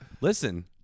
Listen